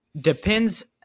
depends